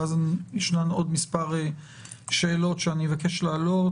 ואז יש לנו עוד מספר שאלות שאני מבקש להעלות,